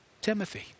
Timothy